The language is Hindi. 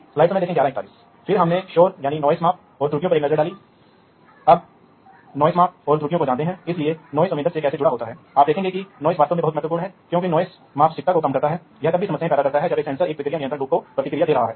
तो अब आप बहुत आसानी से पौधे व्यापी समन्वय गतिविधियों को लागू कर सकते हैं इसलिए आप हमें यह कहने में समन्वयित कर सकते हैं मान लीजिए कि आपकी एक दुकान है जो दूसरी दुकान में खिला रही है या आपके पास एक विधानसभा स्टेशन है जो दूसरे विधानसभा स्टेशन में है